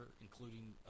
including